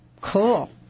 Cool